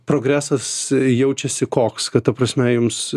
progresas jaučiasi koks kad ta prasme jums